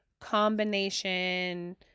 combination